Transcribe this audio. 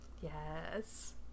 Yes